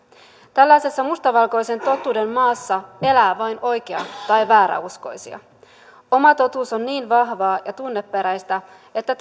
tällaisessa mustavalkoisen totuuden maassa elää vain oikea tai vääräuskoisia oma totuus on niin vahvaa ja tunneperäistä että